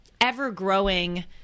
ever-growing